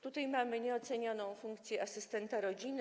Tutaj mamy nieocenioną funkcję asystenta rodziny.